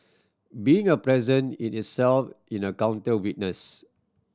being a present in itself in a counter witness